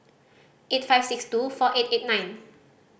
eight five six two four eight eight nine